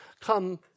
come